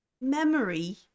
memory